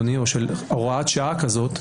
של הוראת שעה כזאת,